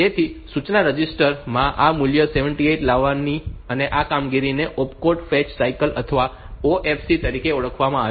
તેથી સૂચના રજિસ્ટર માં આ મૂલ્ય 78 લાવવાની આ કામગીરીને ઓપકોડ ફેચ સાયકલ અથવા OFC તરીકે ઓળખવામાં આવે છે